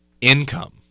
income